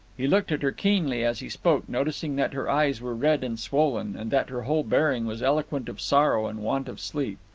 he looked at her keenly as he spoke, noticing that her eyes were red and swollen, and that her whole bearing was eloquent of sorrow and want of sleep.